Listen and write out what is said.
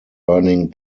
earning